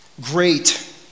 great